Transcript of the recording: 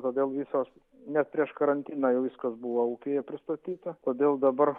todėl visos net prieš karantiną jau viskas buvo ūkyje pristatyta todėl dabar